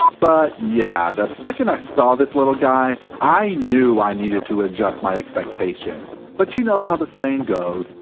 but yeah the second i saw this little guy i knew i needed to adjust my expectations. but you know how the saying goes,